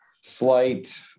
slight